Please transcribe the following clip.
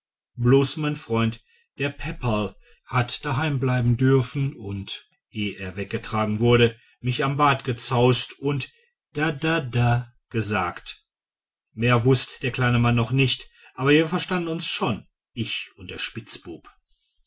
bloß mein freund der peperl hat daheim bleiben dürfen und ehe er weggetragen wurde mich am bart gezaust und da da da gesagt mehr wußt der kleine mann noch nicht aber wir verstanden uns schon ich und der spitzbub